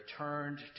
returned